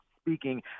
speaking